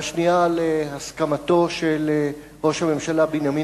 והשנייה היא על הסכמתו של ראש הממשלה בנימין